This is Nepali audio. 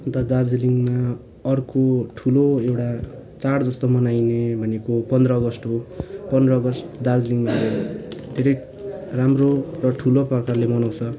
उता दार्जिलिङमा अर्को ठुलो एउटा चाडजस्तो मनाइने भनेको पन्ध्र अगस्ट हो पन्ध्र अगस्ट दार्जिलिङमा अब धेरै राम्रो र ठुलो प्रकारले मनाउँछ